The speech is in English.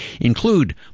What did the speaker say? include